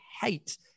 hate